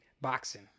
boxing